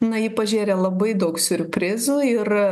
na ji pažėrė labai daug siurprizų ir